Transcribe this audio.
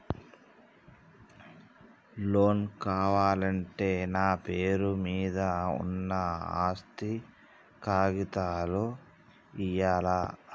Loan కావాలంటే నా పేరు మీద ఉన్న ఆస్తి కాగితాలు ఇయ్యాలా?